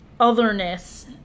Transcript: otherness